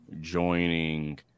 joining